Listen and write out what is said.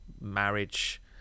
marriage